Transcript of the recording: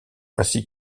ainsi